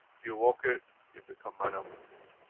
you walk it, you become man of peace.